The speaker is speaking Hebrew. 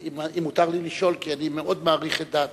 אם מותר לי לשאול, כי אני מאוד מעריך את דעתך.